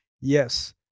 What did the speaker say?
yes